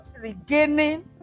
regaining